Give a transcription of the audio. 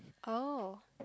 oh